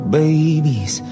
babies